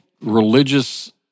religious